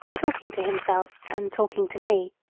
talking to himself and talking to me.